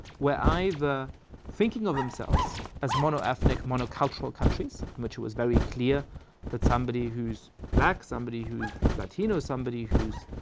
were either thinking of themselves as mono-ethnic, mono-cultural countries, which it was very clear that somebody who's black somebody who's latino, somebody who's